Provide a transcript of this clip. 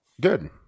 good